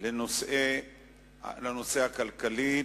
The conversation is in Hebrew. לנושא הכלכלי,